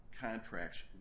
contracts